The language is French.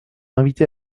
inviter